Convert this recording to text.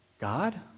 God